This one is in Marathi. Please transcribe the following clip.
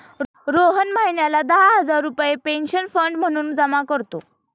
रोहन महिन्याला दहा हजार रुपये पेन्शन फंड म्हणून जमा करतो